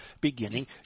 beginning